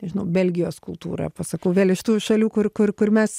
nežinau belgijos kultūrą pasakau vėl iš tų šalių kur kur kur mes